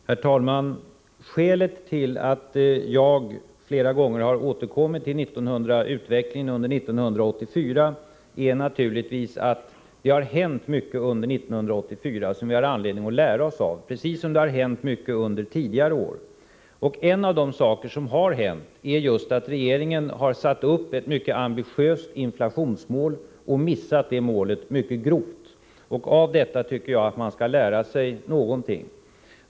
Herr talman! Skälet till att jag flera gånger har återkommit till utvecklingen under 1984 är naturligtvis att det har hänt mycket under 1984 som vi har anledning att lära oss av, precis som det har hänt mycket under tidigare år. En av de saker som har hänt är just att regeringen har satt upp ett mycket ambitiöst inflationsmål och mycket grovt missat det målet. Av detta tycker jag att man skall lära sig någonting.